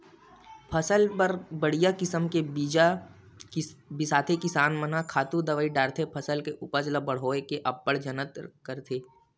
फसल बर बड़िहा किसम के बीजा बिसाथे किसान मन ह खातू दवई डारथे फसल के उपज ल बड़होए के अब्बड़ जतन करथे